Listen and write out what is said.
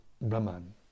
Brahman